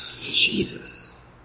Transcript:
Jesus